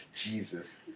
Jesus